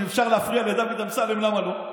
אם אפשר להפריע לדוד אמסלם, למה לא?